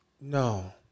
no